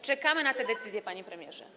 Czekamy na te decyzje, panie premierze.